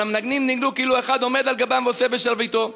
אבל המנגנים ניגנו כאילו אחד עומד על גבם ועושה בשרביטו.